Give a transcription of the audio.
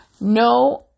no